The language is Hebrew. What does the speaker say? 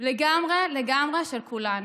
לגמרי לגמרי של כולנו.